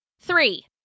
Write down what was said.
three